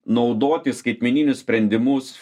naudoti skaitmeninius sprendimus